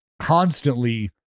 constantly